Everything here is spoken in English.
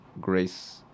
Grace